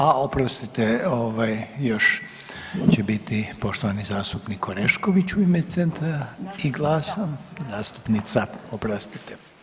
A oprostite, još će biti poštovani zastupnik Orešković u ime Centra i GLASA [[Upadica Orešković: Zastupnica.]] Zastupnica, oprostite.